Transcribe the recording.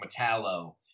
Metallo